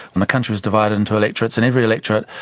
and the country was divided into electorates and every electorate,